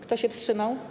Kto się wstrzymał?